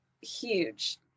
huge